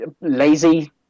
lazy